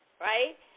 right